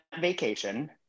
vacation